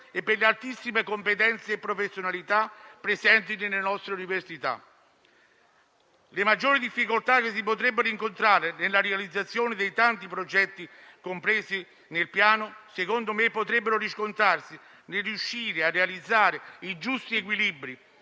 e per le altissime competenze e professionalità presenti nelle nostre università. Le maggiori difficoltà che si potrebbero incontrare nella realizzazione dei tanti progetti compresi nel Piano potrebbero, a mio avviso, riscontrarsi nel riuscire a realizzare i giusti equilibri,